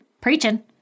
Preaching